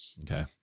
Okay